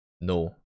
no